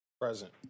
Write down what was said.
Present